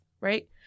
Right